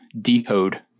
Decode